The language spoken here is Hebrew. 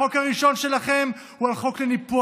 החוק הראשון שלכם הוא החוק לניפוח